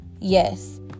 yes